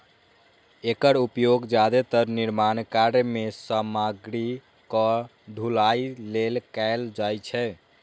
एकर उपयोग जादेतर निर्माण कार्य मे सामग्रीक ढुलाइ लेल कैल जाइ छै